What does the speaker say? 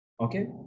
okay